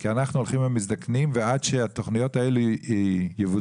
כי אנחנו הולכים ומזדקנים ועד שהתוכניות האלה יבוצעו